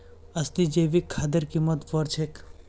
असली जैविक खादेर कीमत बढ़ छेक